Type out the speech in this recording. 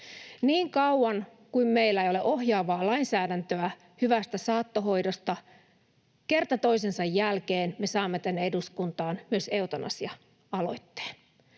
Niin kauan kuin meillä ei ole ohjaavaa lainsäädäntöä hyvästä saattohoidosta, kerta toisensa jälkeen me saamme tänne eduskuntaan myös eutanasia-aloitteen.